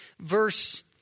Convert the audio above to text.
verse